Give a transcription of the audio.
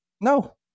No